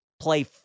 play